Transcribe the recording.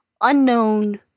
unknown